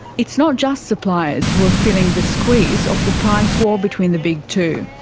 it's not just suppliers who are feeling the squeeze of the price war between the big two.